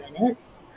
minutes